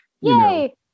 Yay